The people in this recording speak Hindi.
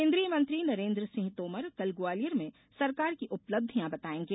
केन्द्रीय मंत्री नरेन्द्र सिंह तोमर कल ग्वालियर में सरकार की उपलब्धियां बतायेंगे